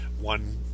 one